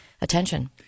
attention